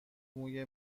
موی